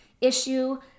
issue